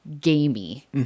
gamey